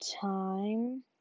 time